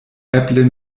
eble